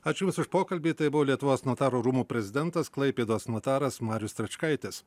aš jums už pokalbį tai buvo lietuvos notarų rūmų prezidentas klaipėdos notaras marius stračkaitis